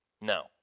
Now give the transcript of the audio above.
No